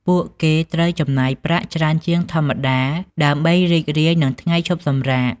ពួកគេត្រូវចំណាយប្រាក់ច្រើនជាងធម្មតា ដើម្បីរីករាយនឹងថ្ងៃឈប់សម្រាក។